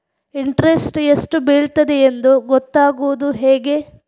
Interest ಎಷ್ಟು ಬೀಳ್ತದೆಯೆಂದು ಗೊತ್ತಾಗೂದು ಹೇಗೆ?